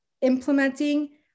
implementing